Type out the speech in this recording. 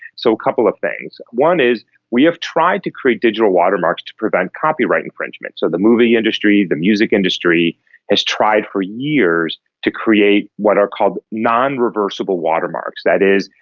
so a couple of things. one is we have tried to create digital watermarks to prevent copyright infringement. so the movie industry, the music industry has tried for years to create what are called non-reversible watermarks. that is,